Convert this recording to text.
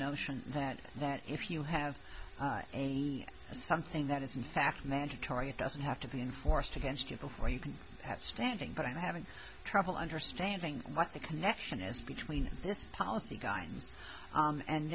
notion that that if you have something that is in fact mandatory it doesn't have to be enforced against you before you can have standing but i'm having trouble understanding what the connection is between policy gu